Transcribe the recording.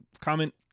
comment